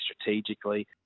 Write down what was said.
strategically